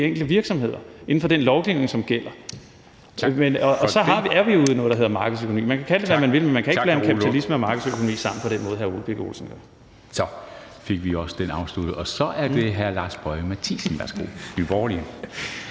enkelte virksomheder inden for den lovgivning, som gælder. Og så er vi jo i noget, der hedder markedsøkonomi. Man kan kalde det, hvad man vil. Men man kan ikke blande kapitalisme og markedsøkonomi sammen på den måde, hr. Ole Birk Olesen gør. Kl. 13:54 Formanden (Henrik Dam Kristensen): Tak til hr.